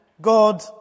God